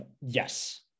Yes